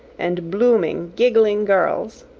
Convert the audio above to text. and blooming, giggling girls.